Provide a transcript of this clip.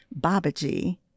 Babaji